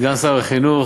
סגן שר החינוך,